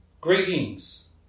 greetings